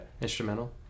Instrumental